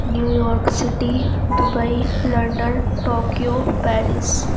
New York City Dubai London Tokyo Paris